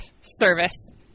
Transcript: Service